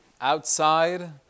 outside